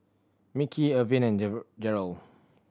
Mickie Irvin and Jeryl